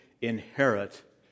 inherit